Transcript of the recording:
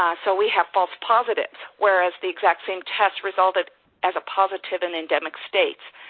so we have false positives, whereas the exact same tests resulted as a positive in endemic states.